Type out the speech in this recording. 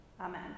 Amen